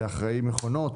זה תלוי הקשר.